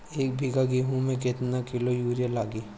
एक बीगहा गेहूं में केतना किलो युरिया लागी?